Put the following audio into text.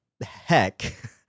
heck